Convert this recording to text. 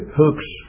hooks